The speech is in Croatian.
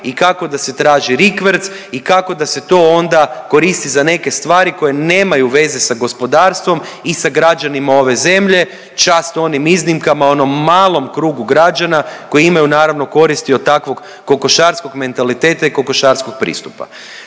i kako da se traži rikverc i kako da se to onda koristi za neke stvari koje nemaju veze sa gospodarstvom i sa građanima ove zemlje. Čast onim iznimkama, onom malom krugu građana koji imaju naravno koristi od takvog kokošarskog mentaliteta i kokošarskog pristupa.